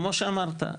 כמו שאמרת,